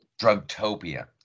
Drugtopia